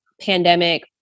pandemic